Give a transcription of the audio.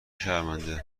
شرمنده